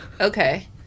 okay